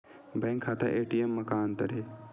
Bank खाता ATM मा का अंतर हे?